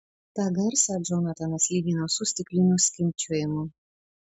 tą garsą džonatanas lygino su stiklinių skimbčiojimu